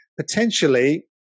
potentially